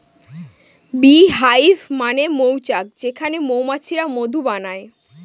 bee hive মানে মৌচাক যেখানে মৌমাছিরা মধু বানায়